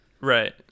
right